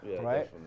right